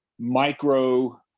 micro